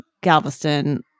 Galveston